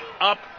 up